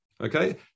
Okay